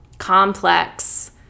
complex